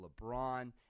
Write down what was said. LeBron